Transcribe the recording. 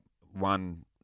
one